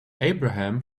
abraham